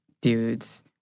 dudes